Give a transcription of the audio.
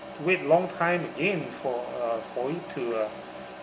wait long time again for uh for it to uh